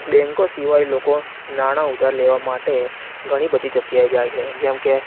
બેન્કો સિવાય લોકો નાણાં ઉધાર લેવા માટે ઘણી બધી જગ્યાએ જાય છે જેમકે